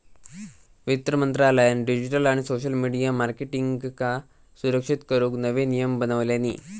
वित्त मंत्रालयान डिजीटल आणि सोशल मिडीया मार्केटींगका सुरक्षित करूक नवे नियम बनवल्यानी